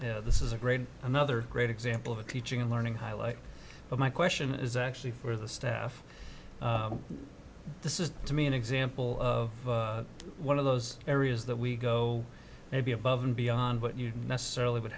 this is a great another great example of teaching and learning highlight of my question is actually for the staff this is to me an example of one of those areas that we go maybe above and beyond what you necessarily would